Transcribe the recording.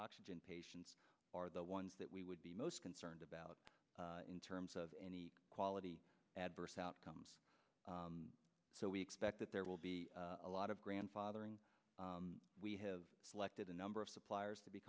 oxygen patients are the ones that we would be most concerned about in terms of any quality adverse outcomes so we expect that there will be a lot of grandfathering we have selected a number of suppliers to be